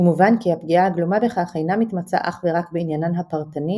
ומובן כי הפגיעה הגלומה בכך אינה מתמצה אך ורק בעניינן הפרטני,